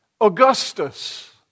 Augustus